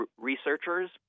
researchers